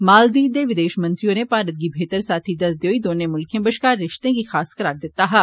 मालदीव दे विदेषमंत्री होरें भारत गी बेहतर साथी दस्सदे होई दौनें मुल्खें बष्कार रिष्तें गी खास करार दिता हा